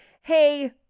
hey